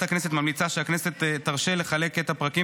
ועדת הכנסת ממליצה שהכנסת תרשה לחלק את הפרקים